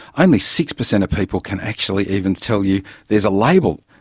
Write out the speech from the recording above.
only six percent of people can actually even tell you there's a label.